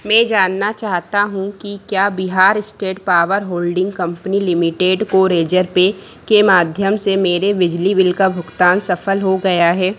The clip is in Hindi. मैं जानना चाहता हूँ कि क्या Bihar state power holding company limited को रेज़रपे के माध्यम से मेरे बिजली बिल का भुगतान सफल हो गया है